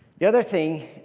the other thing